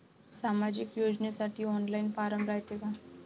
सामाजिक योजनेसाठी online form रायते का?